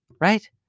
right